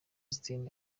austin